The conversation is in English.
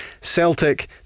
Celtic